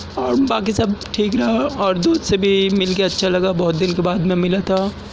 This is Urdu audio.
اور باقی سب ٹھیک رہا اور دوسرے سے بھی مل کے اچھا لگا بہت دن کے بعد میں ملا تھا